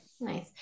Nice